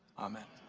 amen.